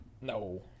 No